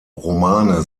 romane